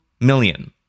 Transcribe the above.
million